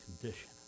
condition